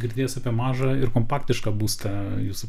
girdėjęs apie mažą ir kompaktišką būstą jūsų